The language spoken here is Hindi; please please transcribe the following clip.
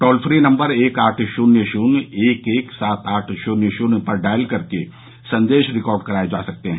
टोल फ्री नम्बर एक आठ शून्य शून्य एक एक सात आठ शून्य शून्य पर डायल कर संदेश रिकॉर्ड कराये जा सकते हैं